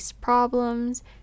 problems